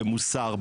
במוסר,